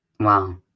Wow